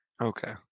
okay